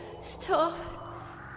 stop